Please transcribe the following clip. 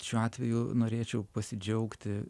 šiuo atveju norėčiau pasidžiaugti